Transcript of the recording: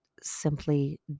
simply